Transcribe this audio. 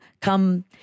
come